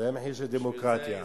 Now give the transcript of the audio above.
זה מחיר של דמוקרטיה,